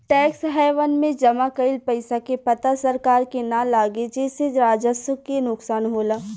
tax haven में जमा कइल पइसा के पता सरकार के ना लागे जेसे राजस्व के नुकसान होला